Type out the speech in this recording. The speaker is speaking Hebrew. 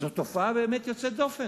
זאת באמת תופעה יוצאת דופן,